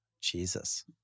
Jesus